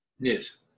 Yes